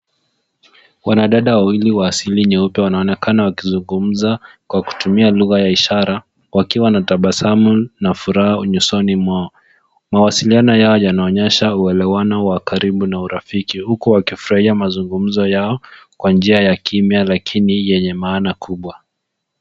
Wanadada wawili wa asili nyeupe wanaonekana wakizungumza kwa kutumia lugha ya ishara wakiwa na tabasamu na furaha nyusoni mwao. Mawasiliano yao yanaonyesha uelewano wa karibu na urafiki, huku wakifurahia mazungumzo yao kwa njia ya kimya lakini yenye maana kubwa.